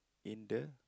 in the